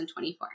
2024